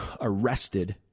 arrested